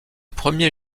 premier